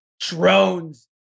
Drones